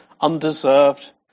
undeserved